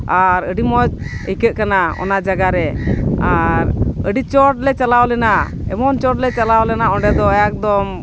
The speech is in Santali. ᱟᱨ ᱟᱹᱰᱤ ᱢᱚᱡᱽ ᱟᱹᱭᱠᱟᱹᱜ ᱠᱟᱱᱟ ᱚᱱᱟ ᱡᱟᱭᱜᱟ ᱨᱮ ᱟᱨ ᱟᱹᱰᱤ ᱪᱚᱴ ᱞᱮ ᱪᱟᱞᱟᱣ ᱞᱮᱱᱟ ᱮᱢᱚᱱ ᱪᱚᱴ ᱞᱮ ᱪᱟᱞᱟᱣ ᱞᱮᱱᱟ ᱚᱸᱰᱮ ᱫᱚ ᱮᱠᱫᱚᱢ